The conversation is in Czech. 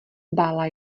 bála